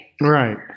right